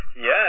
yes